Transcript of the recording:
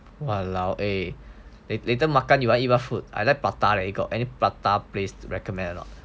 !walao! eh later makan you want eat what food I like prata leh you got any prata place to recommend or not